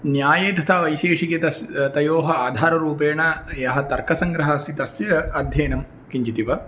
न्याये तथा वैशेषिके तस् तयोः आधाररूपेण यः तर्कसङ्ग्रहः अस्ति तस्य अध्ययनं किंचितिव